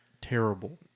terrible